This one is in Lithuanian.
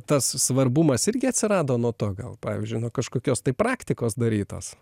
tas svarbumas irgi atsirado nuo to gal pavyzdžiui nuo kažkokios tai praktikos darytos